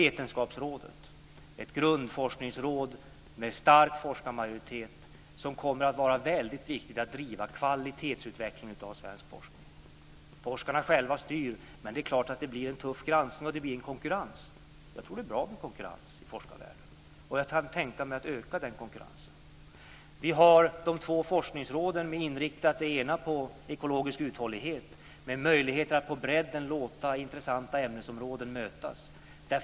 Vetenskapsrådet är ett grundforskningsråd med stark forskarmajoritet som kommer att vara väldigt viktigt för att driva kvalitetsutveckling av svensk forskning. Forskarna själva styr. Men det är klart att det blir en tuff granskning och konkurrens. Jag tror att det är bra med konkurrens i forskarvärlden, och jag kan tänka mig att öka den konkurrensen. Vi har de två forskningsråden. Det ena är inriktat på ekologisk uthållighet med möjlighet att på bredden låta intressanta ämnesområden mötas.